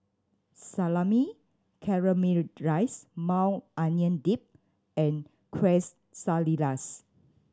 Salami Caramelized Maui Onion Dip and Quesadillas